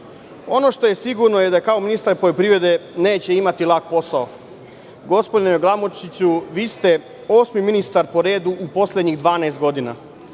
Ono što je sigurno je, da kao ministar poljoprivrede, neće imati lak posao. Gospodine Glamočiću, vi ste osmi ministar po redu u poslednjih 12 godina.